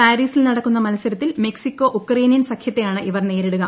പാരൂീസിൽ നടക്കുന്ന മത്സരത്തിൽ Mexico Ukrainian സ്ഖ്യത്തെയാണ് ഇവർ നേരിടുക